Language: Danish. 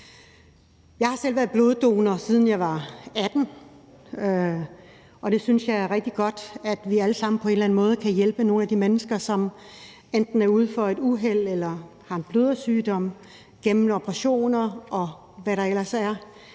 Jeg har selv været bloddonor, siden jeg var 18 år, og jeg synes, det er rigtig godt, at vi alle sammen på en eller anden måde kan hjælpe nogle af de mennesker, som enten er ude for et uheld eller har en blødersygdom eller som gennemgår operationer eller